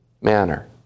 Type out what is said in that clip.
manner